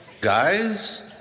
Guys